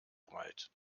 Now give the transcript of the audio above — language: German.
breit